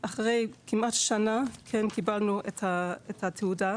אחרי כמעט שנה כן קיבלנו את התעודה.